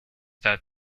that